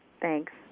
Thanks